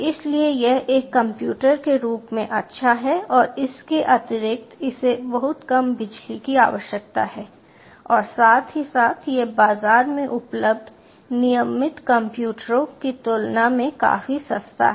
इसलिए यह एक कंप्यूटर के रूप में अच्छा है और इसके अतिरिक्त इसे बहुत कम बिजली की आवश्यकता है और साथ ही साथ यह बाजार में उपलब्ध नियमित कंप्यूटरों की तुलना में काफी सस्ता है